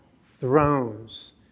thrones